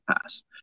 past